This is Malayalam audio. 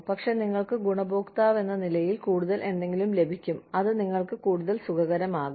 പക്ഷേ നിങ്ങൾക്ക് ഗുണഭോക്താവെന്ന നിലയിൽ കൂടുതൽ എന്തെങ്കിലും ലഭിക്കും അത് നിങ്ങൾക്ക് കൂടുതൽ സുഖകരമാക്കും